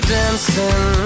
dancing